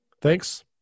Thanks